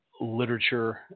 literature